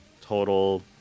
total